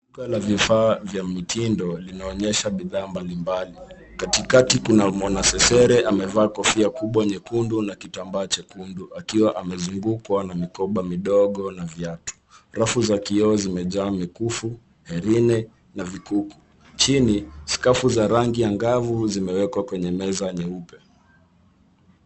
Duka la vifaa vya mitindo linaonyesha bidhaa mbali mbali. Katikati kuna mwanasesere, amevaa kofia kubwa nyekundu na kitambaa chekundu akiwa amezungukwa na mikoba midogo na viatu. Rafu za kioo zimejaa mikufu, herini na vikuku. Chini, skafu za rangi angavu zimewekwa kwenye meza nyeupe.